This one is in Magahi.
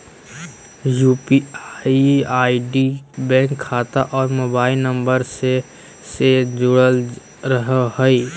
यू.पी.आई आई.डी बैंक खाता और मोबाइल नम्बर से से जुरल रहो हइ